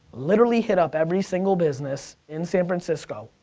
literally hit up every single business in san francisco.